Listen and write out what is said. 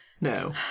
No